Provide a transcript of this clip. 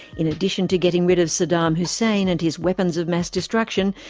in addition to getting rid of saddam hussein and his weapons of mass destruction,